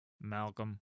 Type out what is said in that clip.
Malcolm